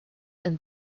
and